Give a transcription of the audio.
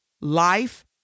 life